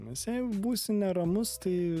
nes jei būsi neramus tai